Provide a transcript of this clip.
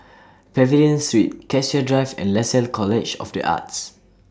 Pavilion Street Cassia Drive and Lasalle College of The Arts